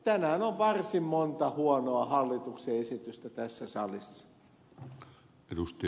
tänään on varsin monta huonoa hallituksen esitystä tässä salissa